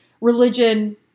religion